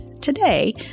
Today